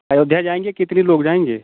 अयोध्या जाएंगे कितने लोग जाएंगे